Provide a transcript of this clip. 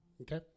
Okay